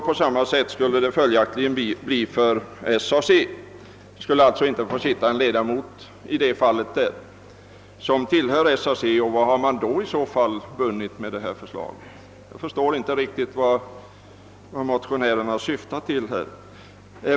På samma sätt skulle det följaktligen bli för SAC. Och om man inte får ha en ledamot med, vad har man då vunnit med detta förslag? Jag förstår inte riktigt vad motionärerna syftar till.